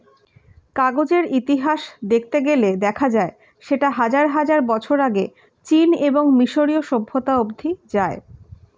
কাগজের ইতিহাস দেখতে গেলে দেখা যায় সেটা হাজার হাজার বছর আগে চীন এবং মিশরীয় সভ্যতা অবধি যায়